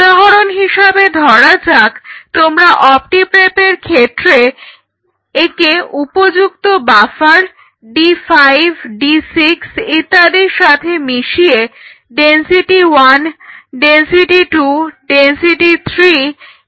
উদাহরন হিসাবে ধরা যাক তোমরা অপ্টি প্রেপের ক্ষেত্রে একে উপযুক্ত বাফার D5 D6 ইত্যাদির সাথে মিশিয়ে ডেনসিটি 1 ডেনসিটি 2 ডেনসিটি 3 ইত্যাদি তৈরি করেছ